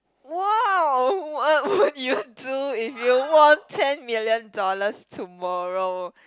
!wow! what what would you do if you won ten million dollars tomorrow